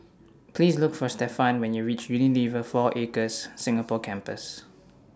Please Look For Stephen when YOU REACH Unilever four Acres Singapore Campus